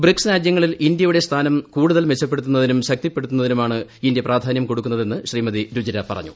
BRICS രാജ്യങ്ങളിൽ ഇന്ത്യയുടെ സ്ഥാനം കൂടുതൽ മെച്ചപ്പെടുത്തുന്നതിനും ശക്തിപ്പെടുത്തുന്നതിനുമാണ് ഇന്ത്യ പ്രാധാന്യം കൊടുക്കുന്നതെന്ന് ശ്രീമതി രുചിര പറഞ്ഞു